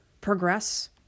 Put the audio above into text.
progress